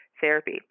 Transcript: therapy